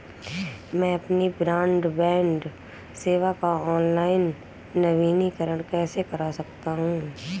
मैं अपनी ब्रॉडबैंड सेवा का ऑनलाइन नवीनीकरण कैसे कर सकता हूं?